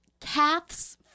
caths